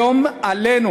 היום עלינו